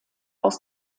aus